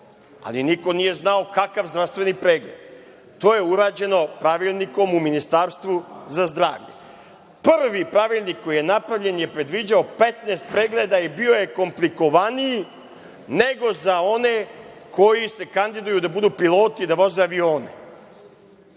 ali niko nije znao kakav zdravstveni pregled. To je uređeno pravilnikom u Ministarstvu za zdravlje. Prvi pravilnik koji je napravljen je predviđao 15 pregleda i bio je komplikovaniji nego za one koji se kandiduju da budu piloti, da voze avione.